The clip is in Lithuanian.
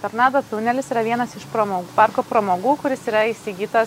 tornado tunelis yra vienas iš pramo parko pramogų kuris yra įsigytas